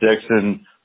Dixon